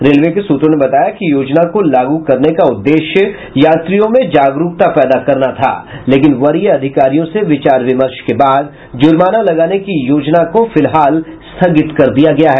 railway के सूत्रों ने बताया कि योजना को लागू करने का उद्देश्य यात्रियों में जागरूकता पैदा करना था लेकिन वरीय अधिकारियों से विचार विमर्श के बाद जुर्माना लगाने की योजना को फिलहाल स्थगित कर दिया गया है